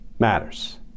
Matters